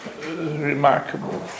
remarkable